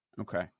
Okay